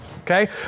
okay